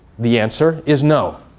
the answer is no.